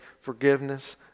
forgiveness